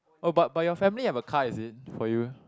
oh but but your family have a car is it for you